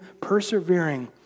persevering